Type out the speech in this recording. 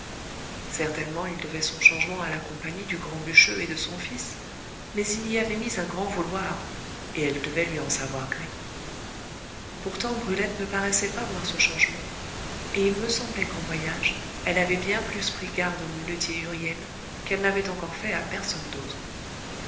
certainement il devait son changement à la compagnie du grand bûcheux et de son fils mais il y avait mis un grand vouloir et elle devait lui en savoir gré pourtant brulette ne paraissait pas voir ce changement et il me semblait qu'en voyage elle avait bien plus pris garde au muletier huriel qu'elle n'avait encore fait à personne autre